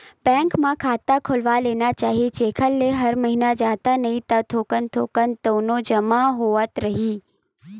bank म खाता खोलवा लेना चाही जेखर ले हर महिना जादा नइ ता थोक थोक तउनो जमा होवत रइही